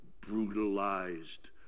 brutalized